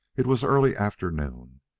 it was early afternoon.